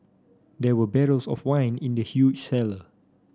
there were barrels of wine in the huge cellar